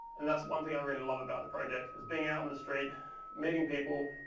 and that's one thing i really love about the project is being out in the street meeting people,